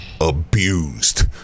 abused